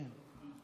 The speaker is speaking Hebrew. כן.